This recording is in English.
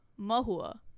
Mahua